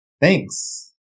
Thanks